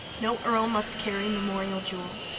no earl must carry memorial jewel.